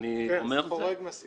כן, זה חורג מהסיכום.